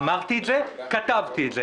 אמרתי את זה, כתבתי את זה.